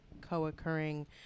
co-occurring